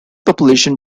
population